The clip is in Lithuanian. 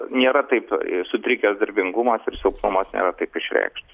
nėra taip sutrikęs darbingumas ir silpnumas nėra taip išreikštas